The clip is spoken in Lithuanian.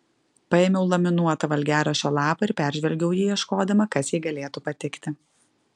paėmiau laminuotą valgiaraščio lapą ir peržvelgiau jį ieškodama kas jai galėtų patikti